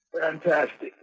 Fantastic